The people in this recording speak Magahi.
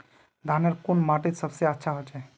धानेर कुन माटित सबसे अच्छा होचे?